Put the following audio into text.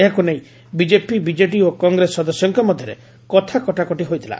ଏହାକୁ ନେଇ BJP BJD ଓ କଂଗ୍ରେସ ସଦସ୍ୟଙ୍କ ମଧ୍ଧରେ କଥା କଟାକଟି ହୋଇଥିଲା